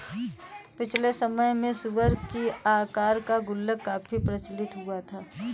पिछले समय में सूअर की आकार का गुल्लक काफी प्रचलित हुआ करता था